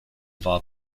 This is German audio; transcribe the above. war